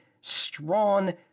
strong